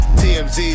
tmz